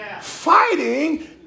Fighting